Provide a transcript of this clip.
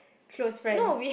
close friends